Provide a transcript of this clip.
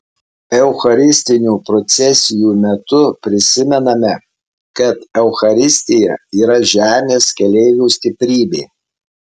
eucharistinių procesijų metu prisimename kad eucharistija yra žemės keleivių stiprybė